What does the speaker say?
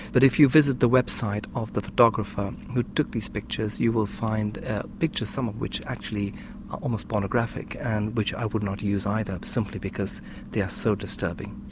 but if you visit the website of the photographer who took these pictures you will find pictures, some of which are actually almost pornographic and which i would not use either, simply because they are so disturbing.